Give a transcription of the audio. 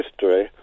history